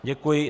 Děkuji.